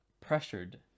pressured